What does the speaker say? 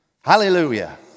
Hallelujah